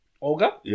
Olga